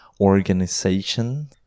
organization